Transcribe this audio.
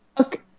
Okay